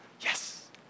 Yes